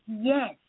yes